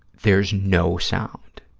there's no sound.